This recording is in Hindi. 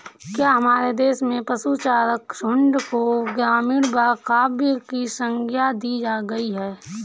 क्या हमारे देश में पशुचारक झुंड को ग्रामीण काव्य की संज्ञा दी गई है?